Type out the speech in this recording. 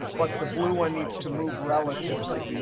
but the blue one needs to move relatively.